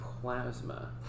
plasma